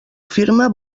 firma